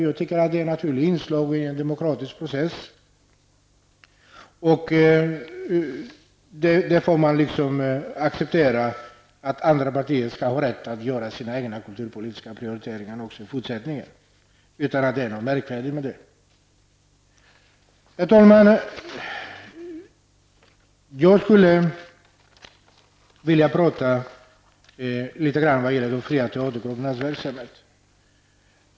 Jag tycker att det är ett naturligt inslag i en demokratisk process. Man får acceptera att andra partier har rätt att göra sina egna kulturpolitiska prioriteringar i fortsättningen, utan att det är något märkvärdigt med det. Herr talman! Jag skulle vilja prata litet om de fria teatergruppernas verksamhet.